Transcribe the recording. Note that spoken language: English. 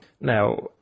now